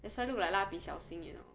that's why look like 蜡笔小新 you know